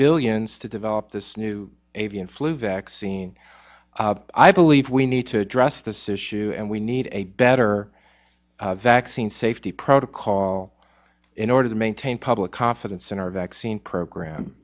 billions to develop this new avian flu vaccine i believe we need to address this issue and we need a better vaccine safety protocol in order to maintain public confidence in our vaccine program